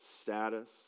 status